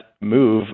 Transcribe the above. move